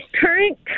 current